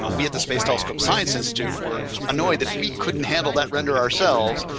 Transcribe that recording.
ah we had the space telescope science institute were annoyed that we couldn't handle that render ourselves.